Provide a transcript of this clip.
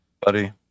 Buddy